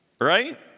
right